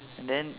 and then